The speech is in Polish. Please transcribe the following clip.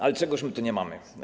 Ale czegóż my tu nie mamy?